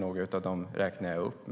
Några av dem räknade jag upp.